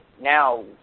now